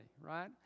right